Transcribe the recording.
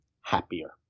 happier